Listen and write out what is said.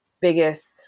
biggest